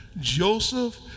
Joseph